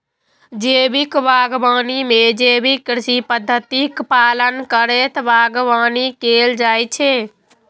जैविक बागवानी मे जैविक कृषि पद्धतिक पालन करैत बागवानी कैल जाइ छै